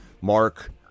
Mark